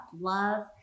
Love